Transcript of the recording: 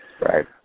Right